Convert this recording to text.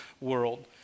world